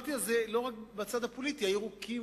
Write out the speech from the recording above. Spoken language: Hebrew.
ודיברתי על זה לא רק בצד הפוליטי: הירוקים,